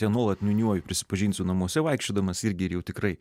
ją nuolat niūniuoju prisipažinsiu namuose vaikščiodamas irgi ir jau tikrai